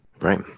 Right